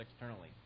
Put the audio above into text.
externally